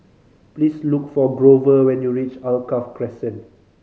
please look for Grover when you reach Alkaff Crescent